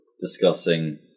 discussing